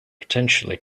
potentially